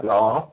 hello